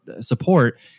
support